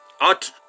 out